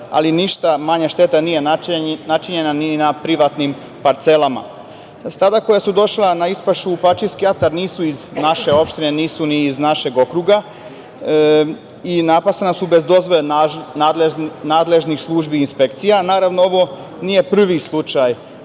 ali ništa manja šteta nije načinjena ni na privatnim parcelama. Stada koja su došla na ispašu u Pačirski atar nisu iz naše opštine, nisu ni iz našeg okruga i napasana su bez dozvole nadležnih službi i inspekcija. Naravno, ovo nije prvi slučaj